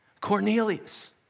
Cornelius